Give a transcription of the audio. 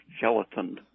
gelatin